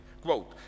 quote